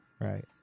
Right